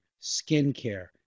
skincare